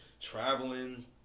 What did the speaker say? traveling